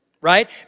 right